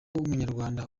w’umunyarwanda